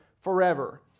forever